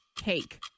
cake